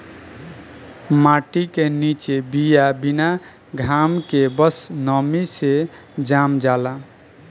माटी के निचे बिया बिना घाम के बस नमी से जाम जाला